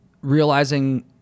realizing